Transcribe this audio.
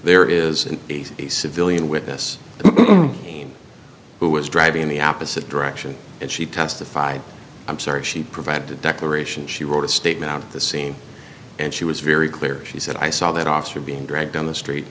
there is a civilian witness payne who was driving in the opposite direction and she testified i'm sorry she provided a declaration she wrote a statement at the scene and she was very clear she said i saw that officer being dragged down the street